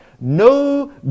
No